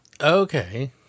okay